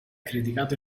criticato